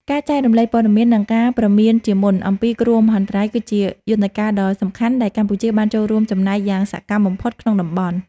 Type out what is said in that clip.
ការចែករំលែកព័ត៌មាន និងការព្រមានជាមុនអំពីគ្រោះមហន្តរាយ គឺជាយន្តការដ៏សំខាន់ដែលកម្ពុជាបានចូលរួមចំណែកយ៉ាងសកម្មបំផុតក្នុងតំបន់។